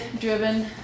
driven